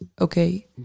okay